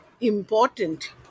important